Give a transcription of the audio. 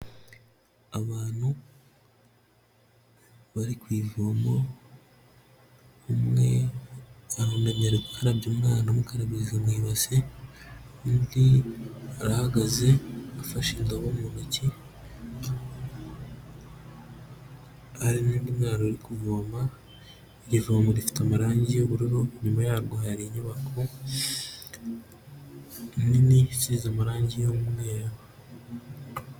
Abantu bari ku ivomo; umwe arunamye ari gukarabya umwana amukarabiriza mu ibase, undi arahagaze afashe ingabo mu ntoki, hari n' undi mwana uri kuvoma, iri vomo rifite amarangi y'ubururu, inyuma yabwo hari inyubako nini isize amarangi y'umweru.